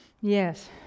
Yes